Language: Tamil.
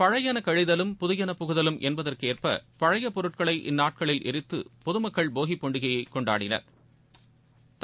பழையெள கழிதலும் புதியெள புகுதலும் என்பதற்கு ஏற்ப பழைய பொருட்களை இந்நாட்களில் ளித்து பொதுமக்கள் போகி பண்டிகையை கொண்டாடினா்